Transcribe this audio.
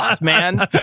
man